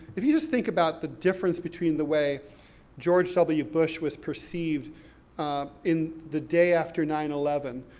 if you just think about the difference between the way george w. bush was perceived in the day after nine eleven,